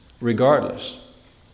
regardless